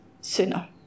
sooner